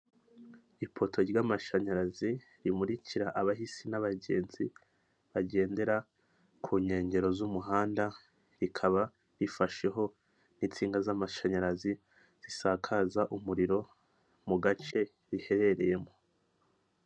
Ipoto ry'amashanyarazi rimurikira abahisi n'abagenzi bagendera ku nkengero z'umuhanda, rikaba rifasheho n'insinga z'amashanyarazi zisakaza umuriro mu gace riherereyemo.